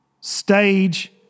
Stage